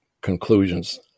conclusions